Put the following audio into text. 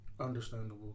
Understandable